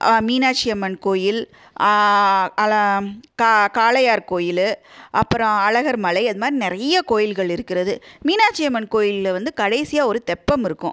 மீனாட்சி அம்மன் கோயில் அலா கா காளையார் கோயில் அப்புறம் அழகர் மலை அதுமாதிரி நிறைய கோயில்கள் இருக்கிறது மீனாட்சி அம்மன் கோயில்ல வந்து கடைசியாக ஒரு தெப்பம் இருக்கும்